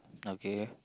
okay